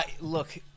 Look